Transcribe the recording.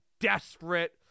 desperate